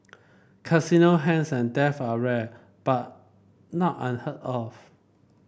Casino heist and theft are rare but not unheard of